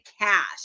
cash